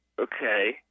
Okay